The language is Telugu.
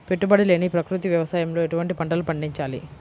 పెట్టుబడి లేని ప్రకృతి వ్యవసాయంలో ఎటువంటి పంటలు పండించాలి?